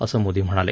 असं मोदी म्हणाले